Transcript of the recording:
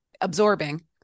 absorbing